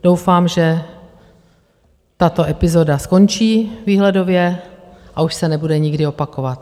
Doufám, že tato epizoda skončí výhledově, a už se nebude nikdy opakovat.